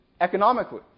economically